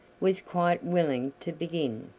was quite willing to begin,